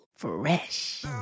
fresh